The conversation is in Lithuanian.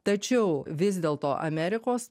tačiau vis dėlto amerikos